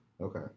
Okay